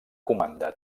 comanda